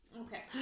okay